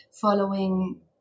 following